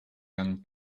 young